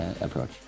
approach